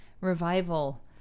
revival